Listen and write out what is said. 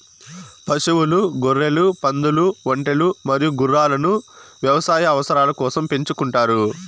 పశువులు, గొర్రెలు, పందులు, ఒంటెలు మరియు గుర్రాలను వ్యవసాయ అవసరాల కోసం పెంచుకుంటారు